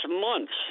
months